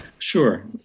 Sure